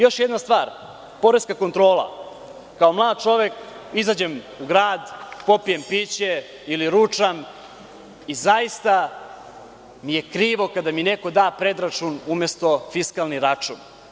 Još jedna stvar, poreska kontrola, kao mlad čovek izađem u grad, popijem piće ili ručam i zaista mi je krivo kada mi neko da predračun umesto fiskalni račun.